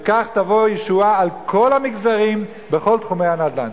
ובכך תבוא ישועה על כל המגזרים בכל תחומי הנדל"ן.